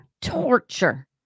torture